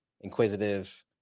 inquisitive